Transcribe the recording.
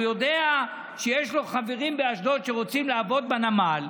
הוא יודע שיש לו חברים באשדוד שרוצים לעבוד בנמל,